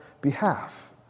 behalf